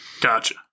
Gotcha